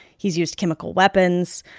he's used chemical weapons.